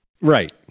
right